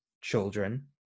children